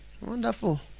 Wonderful